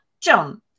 John